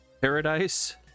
paradise